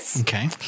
Okay